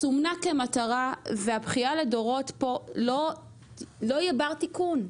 סומנה כמטרה והבכייה לדורות פה לא יהיה בר תיקון,